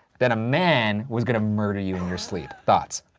that a man was gonna murder you in your sleep? thoughts?